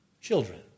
children